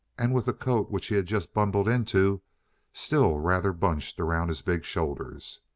and with the coat which he had just bundled into still rather bunched around his big shoulders.